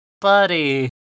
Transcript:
Buddy